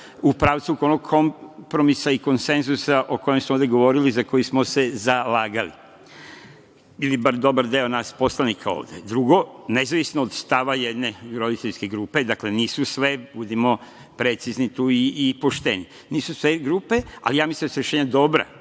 u pravcu kompromisa i konsenzusa o kojem su ovde govorili i za koji smo se zalagali, ili bar dobar deo nas poslanika ovde. Drugo, nezavisno od stava jedne roditeljske grupe, dakle nisu sve, budimo precizni tu i pošteni, nisu sve grupe, ali ja mislim da su ova